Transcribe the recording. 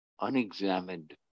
unexamined